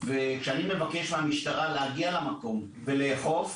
וכשאני מבקש מהמשטרה להגיע למקום ולאכוף,